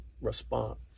response